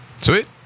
Sweet